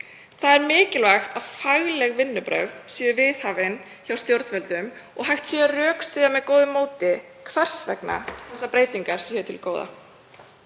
Það er mikilvægt að fagleg vinnubrögð séu viðhöfð hjá stjórnvöldum og að hægt sé að rökstyðja með góðu móti hvers vegna þessar breytingar eru til góða.